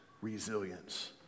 resilience